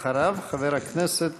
אדוני, ואחריו, חבר הכנסת